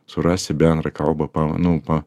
surasti bendrą kalbą pa nu pa